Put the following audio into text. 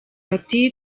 ati